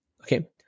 Okay